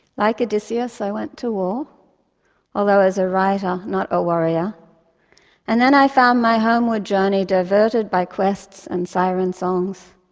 like odysseus, i went to war although as a writer, not a warrior and then found my homeward journey diverted by quests and siren songs.